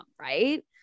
right